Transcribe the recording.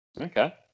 Okay